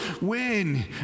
win